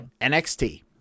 NXT